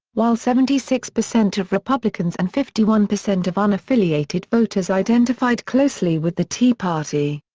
while seventy six percent of republicans and fifty one percent of unaffiliated voters identified closely with the tea party.